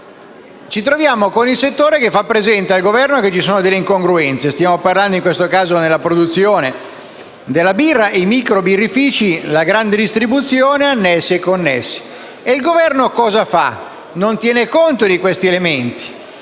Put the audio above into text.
ci troviamo con il settore che fa presente al Governo che ci sono delle incongruenze. Stiamo parlando della produzione della birra, dei microbirrifici, della grande distribuzione e degli annessi e connessi. E il Governo cosa fa? Non tiene conto di questi elementi.